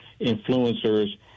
influencers